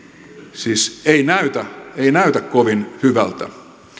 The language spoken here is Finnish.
siis ei näytä kovin hyvältä